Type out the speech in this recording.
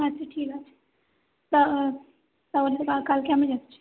আচ্ছা ঠিক আছে তা তাহলে কালকে আমি যাচ্ছি